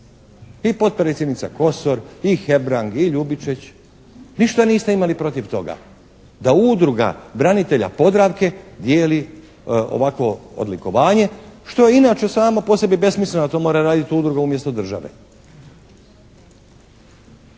i potpredsjednica Kosor, i Hebrang, i Ljubičić. Ništa niste imali protiv toga da Udruga branitelja Podravke dijeli ovako odlikovanje što je inače samo po sebi besmisleno, to mora raditi udruga umjesto države.